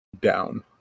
down